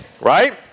right